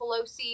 Pelosi